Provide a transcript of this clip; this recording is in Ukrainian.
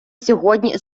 сьогодні